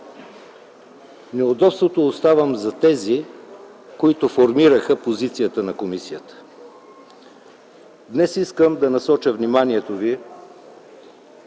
Неудобството оставям за тези, които формираха позицията на комисията. Днес искам да насоча вниманието ви